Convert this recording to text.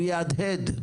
הוא יהדהד.